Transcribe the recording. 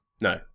no